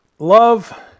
love